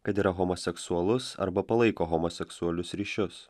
kad yra homoseksualus arba palaiko homoseksualius ryšius